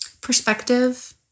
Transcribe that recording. Perspective